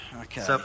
Okay